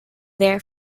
there